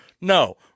No